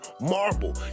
marble